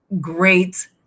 great